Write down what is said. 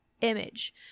image